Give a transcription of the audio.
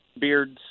beards